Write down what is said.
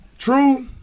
True